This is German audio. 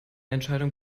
entscheidung